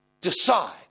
Decide